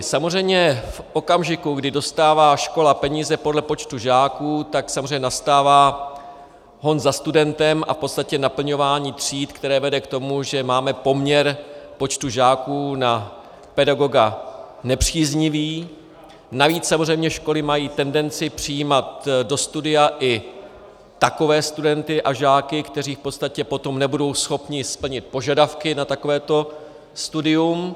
Samozřejmě v okamžiku, kdy dostává škola peníze podle počtu žáků, tak samozřejmě nastává hon za studentem a v podstatě naplňování tříd, které vede k tomu, že máme poměr počtu žáků na pedagoga nepříznivý, navíc samozřejmě školy mají tendenci přijímat do studia i takové studenty a žáky, kteří v podstatě potom nebudou schopni splnit požadavky na takovéto studium.